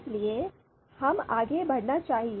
इसलिए हमें आगे बढ़ना चाहिए